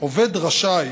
עובד רשאי